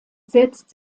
setzt